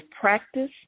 practice